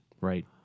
Right